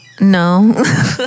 No